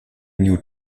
new